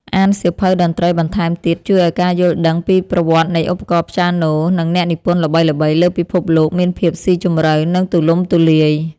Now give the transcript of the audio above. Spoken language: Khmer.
អានសៀវភៅតន្ត្រីបន្ថែមទៀតជួយឱ្យការយល់ដឹងពីប្រវត្តិនៃឧបករណ៍ព្យ៉ាណូ និងអ្នកនិពន្ធល្បីៗលើពិភពលោកមានភាពស៊ីជម្រៅ និងទូលំទូលាយ។